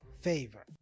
favor